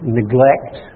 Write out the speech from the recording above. neglect